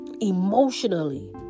emotionally